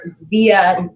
via